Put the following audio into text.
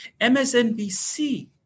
MSNBC